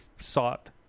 sought